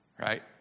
Right